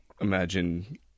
imagine